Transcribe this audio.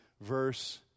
verse